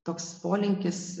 toks polinkis